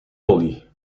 lolly